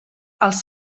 als